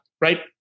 Right